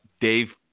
Dave